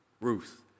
Ruth